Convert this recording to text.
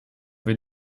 will